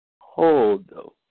Hold